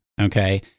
Okay